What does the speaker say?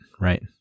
right